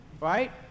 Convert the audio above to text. right